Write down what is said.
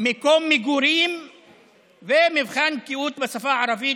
מקום מגורים ומבחן בקיאות בשפה הערבית,